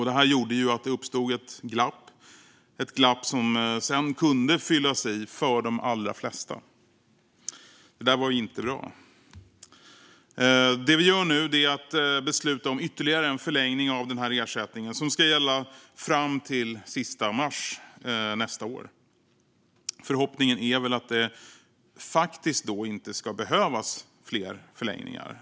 Det här gjorde att det uppstod ett glapp - ett glapp som sedan kunde fyllas i för de allra flesta. Men det där var inte bra. Det vi gör nu är att besluta om ytterligare en förlängning av ersättningen, som ska gälla fram till den sista mars nästa år. Förhoppningen är väl att det då faktiskt inte ska behövas fler förlängningar.